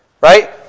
right